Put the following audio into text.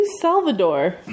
Salvador